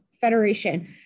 federation